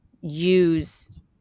use